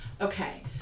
Okay